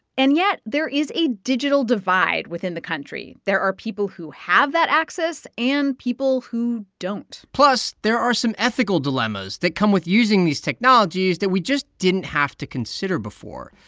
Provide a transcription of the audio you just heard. and yet there is a digital divide within the country. there are people who have that access and people who don't plus, there are some ethical dilemmas that come with using these technologies that we just didn't have to consider before.